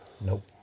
Nope